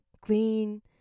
clean